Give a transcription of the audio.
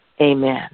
amen